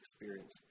experience